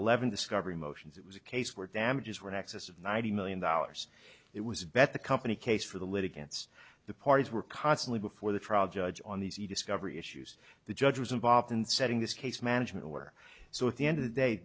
eleven discovery motions it was a case where damages were in excess of ninety million dollars it was bet the company case for the litigants the parties were constantly before the trial judge on the z discovery issues the judge was involved in setting this case management or so at the end of the day